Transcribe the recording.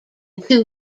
two